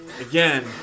Again